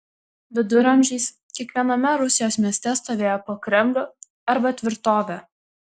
viduramžiais kiekviename rusijos mieste stovėjo po kremlių arba tvirtovę